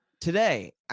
today